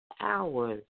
hours